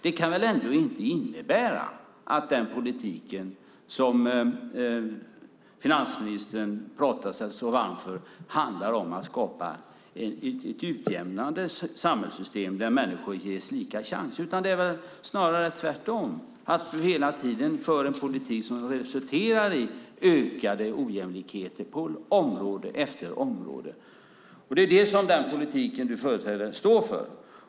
Det kan väl ändå inte innebära att den politik som finansministern talar sig så varm för handlar om att skapa ett utjämnande samhällssystem där människor ges lika chans. Det är väl snarare tvärtom, att ni hela tiden för en politik som resulterar i ökade ojämlikheter på område efter område. Det är detta den politik Anders Borg företräder står för.